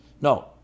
No